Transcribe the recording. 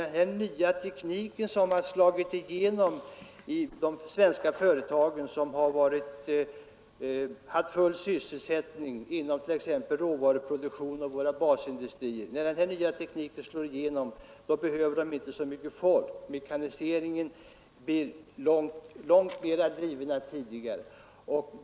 Den nya teknik som slagit igenom i de svenska företagen, där man haft full sysselsättning, t.ex. inom råvaruproduktionen och inom våra basindustrier, innebär ju att de inte behöver så mycket folk. Mekaniseringen drivs mycket längre än tidigare.